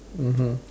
mmhmm